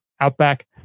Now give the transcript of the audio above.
Outback